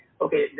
okay